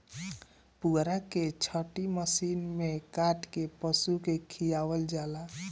पुअरा के छाटी मशीनी में काट के पशु के खियावल जाला